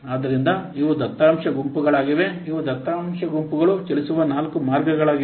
ಆದ್ದರಿಂದ ಇವು ದತ್ತಾಂಶ ಗುಂಪುಗಳಾಗಿವೆ ಇವು ದತ್ತಾಂಶ ಗುಂಪುಗಳು ಚಲಿಸುವ ನಾಲ್ಕು ಮಾರ್ಗಗಳಾಗಿವೆ